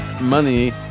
Money